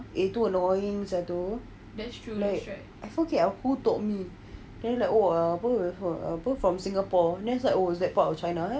itu annoying satu I forgot who told me jadi like oh apa apa from singapore is like oh part of china eh